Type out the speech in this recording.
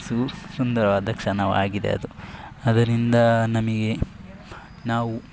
ಸೂ ಸುಂದರವಾದ ಕ್ಷಣವಾಗಿದೆ ಅದು ಅದರಿಂದ ನಮಗೆ ನಾವು